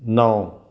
ਨੌਂ